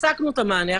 הפסקנו את המענה.